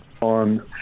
on